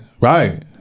Right